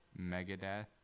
megadeth